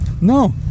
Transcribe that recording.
No